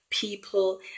People